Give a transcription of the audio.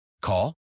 Call